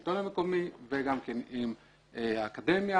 השלטון המקומי וגם כן עם האקדמיה.